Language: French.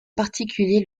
particulier